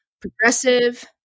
Progressive